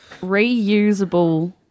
Reusable